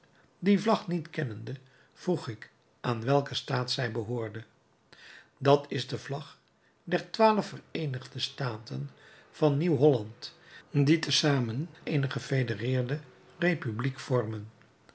die vlag niet kennende vroeg ik aan welken staat zij behoorde dat is de vlag der twaalf vereenigde staten van nieuw-holland die te samen eene gefedereerde republiek vormen